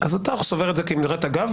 אז אתה סובר את זה כאמרת אגב.